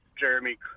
Jeremy –